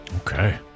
Okay